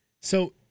So-